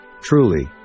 Truly